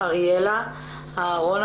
אריאלה אהרון,